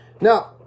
Now